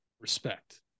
respect